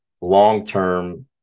long-term